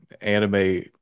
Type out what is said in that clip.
anime